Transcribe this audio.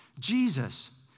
Jesus